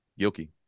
Yoki